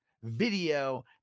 video